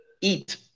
eat